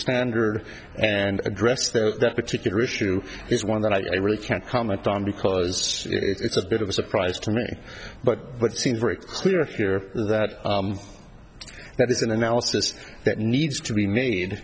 standard and address that particular issue is one that i really can't comment on because it's a bit of a surprise to me but it seems very clear here that that is an analysis that needs to be made